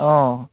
অঁ